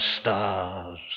stars